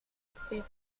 actriz